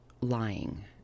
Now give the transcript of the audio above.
lying